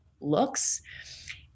looks